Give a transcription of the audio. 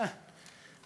אה.